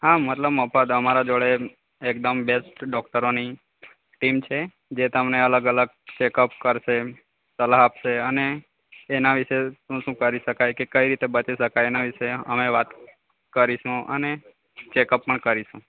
હા મતલબ મફત અમારા જોડે એકદમ બેસ્ટ ડોકટરોની ટીમ છે જે તમને અલગ અલગ ચેકઅપ કરશે સલાહ આપશે અને એના વિશે શું શું કરી શકાય કે કઈ રીતે બચી શકાય એના વિશે અમે વાત કરીશું અને ચેકઅપ પણ કરીશું